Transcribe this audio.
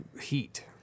Heat